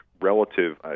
relative